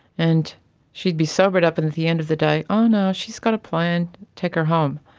and she'd be sobered up and at the end of the day, ah no, she's got a plan, take her home.